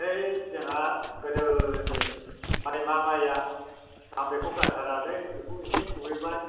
बै जोंहा गोदोनि माइमा माइया आं बेखौ गारथारालै बेखौ एसे खुबैबाय